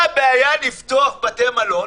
מה הבעיה לפתוח בתי מלון?